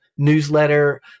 newsletter